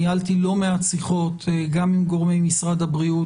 ניהלתי לא מעט שיחות גם עם גורמי משרד הבריאות